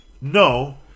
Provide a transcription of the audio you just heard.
No